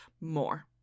More